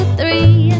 three